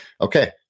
okay